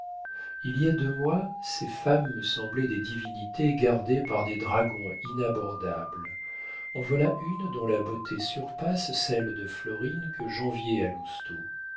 il y a deux mois ces femmes me semblaient des divinités gardées par des dragons inabordables en voilà une dont la beauté surpasse celle de florine que